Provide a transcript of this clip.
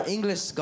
English